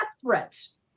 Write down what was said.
threats